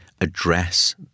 address